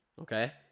okay